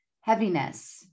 heaviness